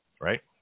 right